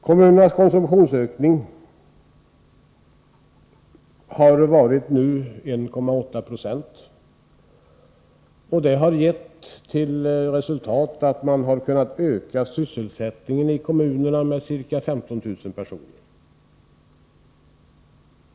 Kommunernas konsumtionsökning har varit 1,8 20, och det har gett till resultat att man kunnat öka sysselsättningen i kommunerna med ca 15 000 personer.